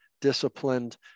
disciplined